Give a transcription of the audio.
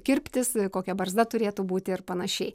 kirptis kokia barzda turėtų būti ir panašiai